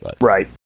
Right